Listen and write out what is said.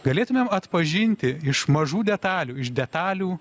galėtumėm atpažinti iš mažų detalių iš detalių